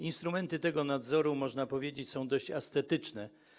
Instrumenty tego nadzoru, można powiedzieć, są dość ascetyczne.